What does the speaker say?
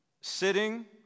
Sitting